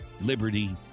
liberty